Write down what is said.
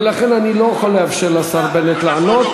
ולכן אני לא יכול לאפשר לשר בנט לעלות.